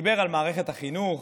דיבר על מערכת החינוך,